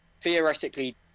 theoretically